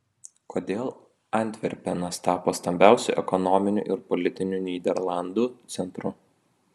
kodėl antverpenas tapo stambiausiu ekonominiu ir politiniu nyderlandų centru